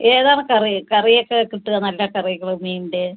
ഏതാണ് കറി കറിയൊക്കെ കിട്ടുക നല്ല കറികൾ മീനിൻ്റെ